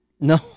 No